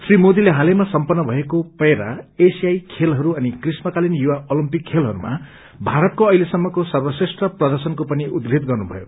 श्री मोदीले हालैमा सम्पन्न भएको पैरा एशियाई खेलहरू अनि ग्रीष्मकालीन युवा ओलम्पिक खेलहरूमा भारतको अहिलेसम्मको सर्वश्रेष्ठ प्रदर्शनको पनि उद्यृत गर्नुभयो